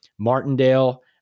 Martindale